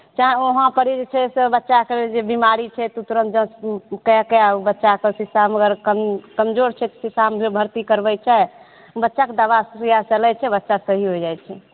चाहे ओहां परी जे छै से बच्चाके जे बिमाड़ी छै ओ तुरंत जांच कैके आ ओ बच्चाके सिसामे अगर कमजोर छै तऽ सिसामे भर्ती करबै छै बच्चाके दबा सुईया चलै छै बच्चा सही होइ जाइ छै